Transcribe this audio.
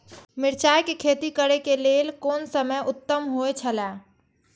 मिरचाई के खेती करे के लेल कोन समय उत्तम हुए छला?